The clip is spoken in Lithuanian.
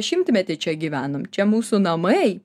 šimtmetį čia gyvenom čia mūsų namai